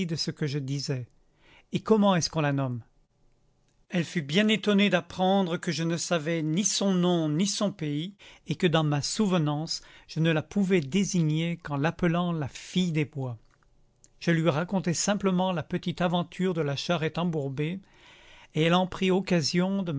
ce que je disais et comment est-ce qu'on la nomme elle fut bien étonnée d'apprendre que je ne savais ni son nom ni son pays et que dans ma souvenance je ne la pouvais désigner qu'en l'appelant la fille des bois je lui racontai simplement la petite aventure de la charrette embourbée et elle en prit occasion